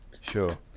Sure